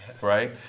right